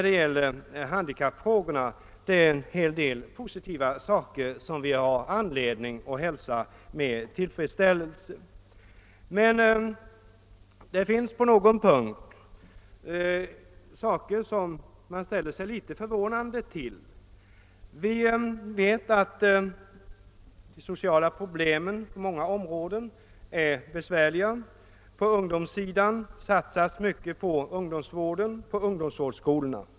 Det finns en hel del positiva saker som vi har anledning att hälsa med tillfredsställelse. På någon punkt blir man dock litet förvånad. Vi vet att de sociala problemen på många områden är besvärliga. På ungdomssidan satsas mycket på ungdomsvård och på ungdomsvårdsskolorna.